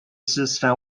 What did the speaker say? system